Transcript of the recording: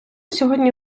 сьогодні